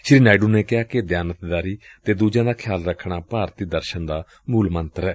ਸ੍ਰੀ ਨਾਇਡੁ ਨੇ ਕਿਹਾ ਕਿ ਦਿਆਨਤਦਾਰੀ ਅਤੇ ਦੂਜਿਆਂ ਦਾ ਖਿਆਲ ਰੱਖਣਾ ਭਾਰਤੀ ਦਰਸ਼ਨ ਦਾ ਮੁਲ ਮੰਤਰ ਏ